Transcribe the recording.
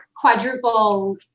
quadruple